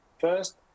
first